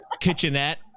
kitchenette